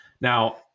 Now